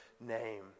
name